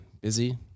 Busy